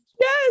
yes